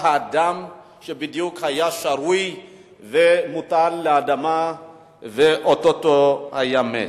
את האדם שהיה מוטל על האדמה ואו-טו-טו היה מת.